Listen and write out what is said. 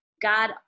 God